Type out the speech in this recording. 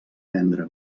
vendre